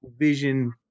vision